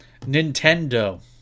Nintendo